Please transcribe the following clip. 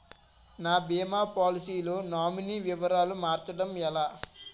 నా భీమా పోలసీ లో నామినీ వివరాలు మార్చటం ఎలా?